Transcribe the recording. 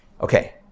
Okay